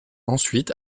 ensuite